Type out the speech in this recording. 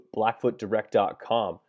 blackfootdirect.com